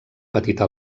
petita